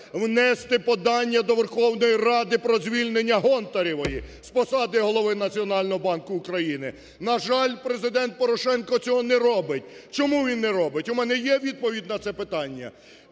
внести подання до Верховної Ради про звільнення Гонтаревої з посади Голови Національного банку України. На жаль, Президент Порошенко цього не робить. Чому він не робить? У мене є відповідь на це питання.